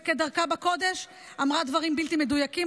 וכדרכה בקודש אמרה דברים בלתי מדויקים,